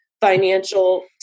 financial